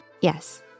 Yes